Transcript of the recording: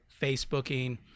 Facebooking